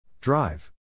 Drive